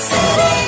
City